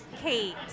Kate